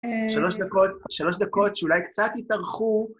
שלוש דקות, שלוש דקות, שאולי קצת יתערכו.